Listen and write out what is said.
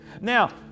Now